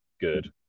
good